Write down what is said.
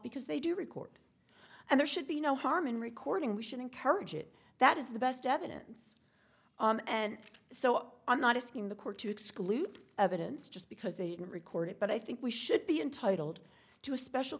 because they do record and there should be no harm in recording we should encourage it that is the best evidence and so i'm not asking the court to exclude evidence just because they didn't record it but i think we should be entitled to a special